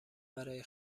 برای